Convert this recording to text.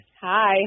Hi